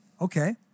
Okay